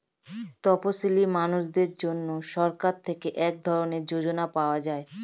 তপসীলি মানুষদের জন্য সরকার থেকে এক ধরনের যোজনা পাওয়া যায়